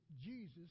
Jesus